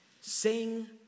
Sing